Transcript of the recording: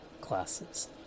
classes